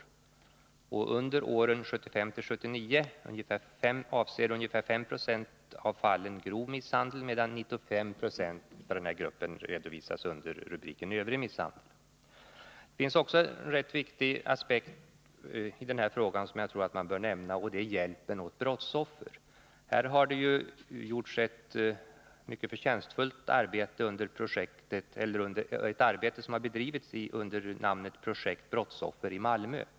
Under åren 1975-1979 avsåg ungefär 5 90 av fallen grov misshandel, medan 95 20 redovisas under övrig misshandel. En annan rätt viktig aspekt, som jag tror att man bör nämna, är hjälpen till brottsoffer. Under namnet Projekt brottsoffer i Malmö har det bedrivits ett mycket förtjänstfullt arbete i Malmö.